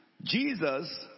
Jesus